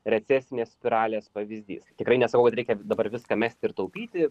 recesinės spiralės pavyzdys tikrai nesakau kad reikia dabar viską mesti ir taupyti